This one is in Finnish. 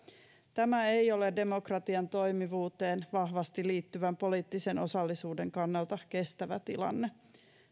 tämä ei ole demokratian toimivuuteen vahvasti liittyvän poliittisen osallisuuden kannalta kestävä tilanne